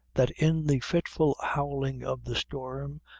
that in the fitful howling of the storm,